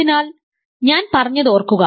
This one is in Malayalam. അതിനാൽ ഞാൻ പറഞ്ഞത് ഓർക്കുക